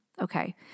okay